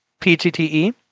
PGTE